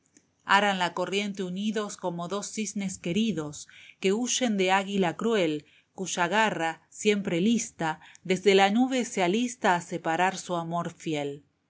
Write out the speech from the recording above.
aran la corriente unidos como dos cisnes queridos que huyen de águila cruel cuya garra siempre lista desde la nube se alista a separar su amor fiel